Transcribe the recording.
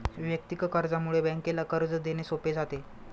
वैयक्तिक कर्जामुळे बँकेला कर्ज देणे सोपे जाते